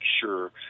sure